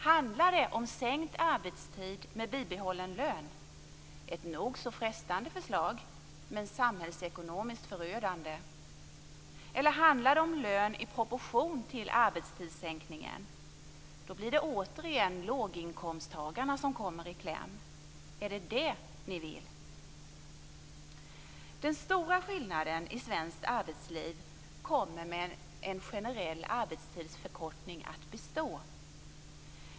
Handlar det om sänkt arbetstid med bibehållen lön - ett nog så frestande förslag, men samhällsekonomiskt förödande - eller handlar det om lön i proportion till arbetstidssänkningen? Då blir det återigen låginkomsttagarna som kommer i kläm. Är det detta ni vill? Den stora skillnaden i svenskt arbetsliv kommer med en generell arbetstidsförkortning att bestå.